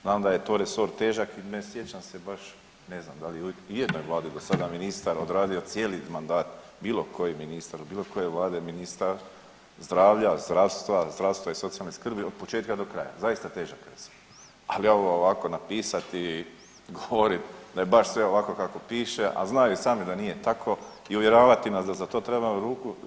Znam da je to resor težak i ne sjećam se baš ne znam da li je u ijednoj vladi dosada ministar odredio cijeli mandat, bilo koji ministar, bilo koje vlade, ministar zdravlja, zdravstva, zdravstva i socijalne skrbi od početka do kraja, zaista težak resor, ali ovo ovako napisati i govorit da je baš sve ovako kako piše, a znaju i sami da nije tako i uvjeravati nas da za to trebamo ruku.